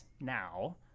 now